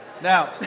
now